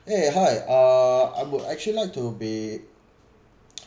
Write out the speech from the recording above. eh hi uh I would actually like to be